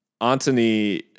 Antony